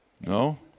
No